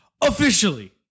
officially